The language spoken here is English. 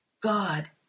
God